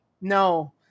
No